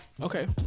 Okay